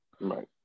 Right